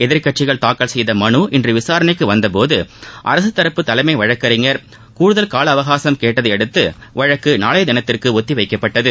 எதிர்க்கட்சிகள் தாக்கல் செய்த மனு இன்று விசாரணைக்கு வந்தபோது அரசு தரப்பு தலைமை வழக்கறிஞர் கூடுதல் கால அவகாசம் கேட்டதை அடுத்து வழக்கு நாளைய தினத்திற்கு ஒத்திவைக்கப்பட்டது